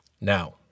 Now